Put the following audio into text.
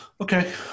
Okay